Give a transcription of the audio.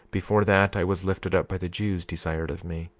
before that i was lifted up by the jews, desired of me.